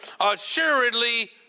Assuredly